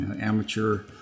amateur